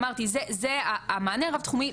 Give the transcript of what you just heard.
אמרתי - המענה הרב תחומי,